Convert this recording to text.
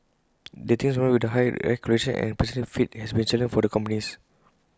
getting Singaporeans with the right qualifications and personality fit has been A challenge for the companies